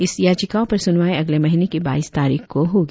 इस याचिकाओं पर सुनवाई अगले महीने की बाईस तारीख को होगी